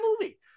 movie